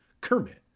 Kermit